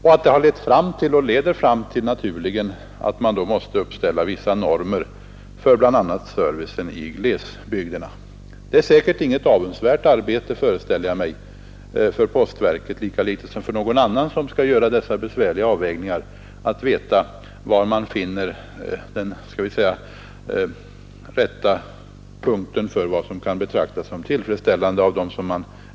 Detta har lett och kommer att leda fram till att man naturligen måste uppställa vissa normer för bl.a. servicen i glesbygderna. Jag föreställer mig att det säkerligen inte är något avundsvärt arbete för postverket, lika litet som det är för någon annan som skall göra sådana här besvärliga avvägningar, att komma fram till vad som kan betraktas som tillfredsställande i fråga om service.